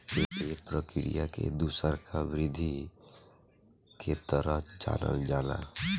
ए प्रक्रिया के दुसरका वृद्धि के तरह जानल जाला